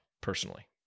personally